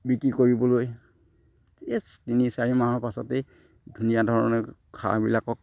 বিক্ৰী কৰিবলৈ তিনি চাৰি মাহৰ পাছতেই ধুনীয়া ধৰণে হাঁহবিলাকক